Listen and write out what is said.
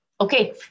Okay